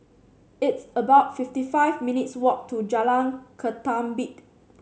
it's about fifty five minutes' walk to Jalan Ketumbit